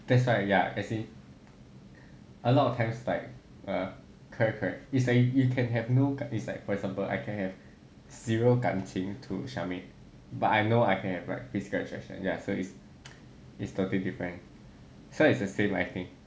that's why ya as in a lot of times like err correct correct is like you can have no it's like for example I can have zero 感情 to charmaine but I know I can have what physical attraction ya so it's it's totally different so it's the same I think